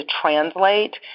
translate